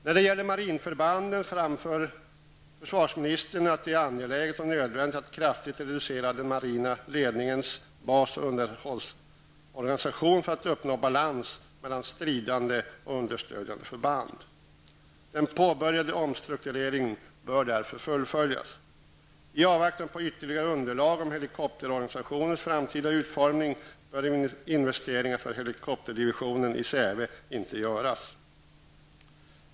När det gäller marinförbanden anför försvarsministern att det är angeläget och nödvändigt att kraftigt reducera marinens lednings-, bas och underhållsorganisation för att uppnå balans mellan stridande och understödjande förband. Den påbörjade omstruktureringen bör därför fullföljas. I avvaktan på ytterligare underlag om helikopterorganisationens framtida utformning bör investeringar för helikopterdivisionen i Säve inte göras.